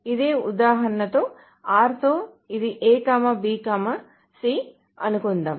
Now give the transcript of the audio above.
ఇదే ఉదాహరణతో r తో ఇది A B C అనుకుందాం